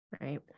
right